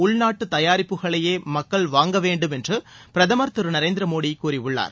உள்நாட்டு தயாரிப்புகளையே மக்கள் வாங்கவேண்டும் என்றுபிரதமர் திரு நரேந்திரமோடி கூறியுள்ளார்